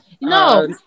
No